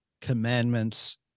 Commandments